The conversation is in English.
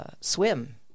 swim